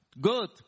Good